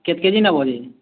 କେତ୍ KG ନବ ଯେ